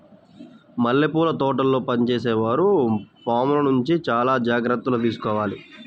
మల్లెపూల తోటల్లో పనిచేసే వారు పాముల నుంచి చాలా జాగ్రత్తలు తీసుకోవాలి